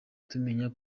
tumenya